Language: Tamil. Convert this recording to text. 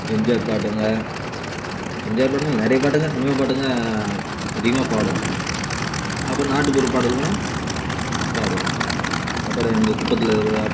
எம்ஜிஆர் பாட்டுங்க எம்ஜிஆர் பாட்டுன்னு இல்லை நிறைய பாட்டுங்க சினிமா பாட்டுங்க அதிகமாக பாடுவோம் அப்புறம் நாட்டுப்புற பாடல்களும் பாடுவோம் அப்புறம் எங்கள் குப்பத்தில் இருக்கற